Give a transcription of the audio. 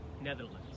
netherlands